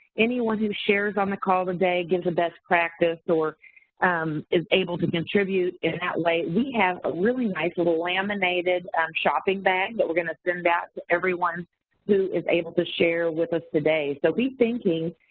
anyone who shares on the call today gives a best practice, or um is able to contribute in that way, we have a really nice little laminated um shopping bag that we're gonna send out to everyone who is able to share with us today. so, be thinking